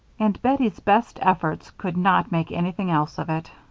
and bettie's best efforts could not make anything else of it.